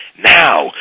Now